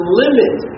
limit